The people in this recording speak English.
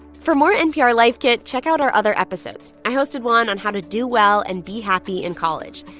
for more npr life kit, check out our other episodes. i hosted one on how to do well and be happy in college.